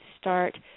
start